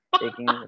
taking